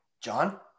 John